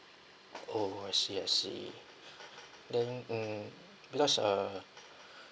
orh I see I see then mm because uh